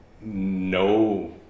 no